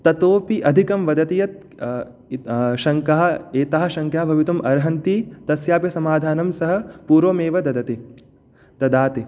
ततोऽपि अधिकं वदति यत् शङ्कः एताः शङ्काः भवितुमर्हन्ति तस्यापि समाधानं सः पूर्वमेव ददति ददाति